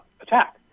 attack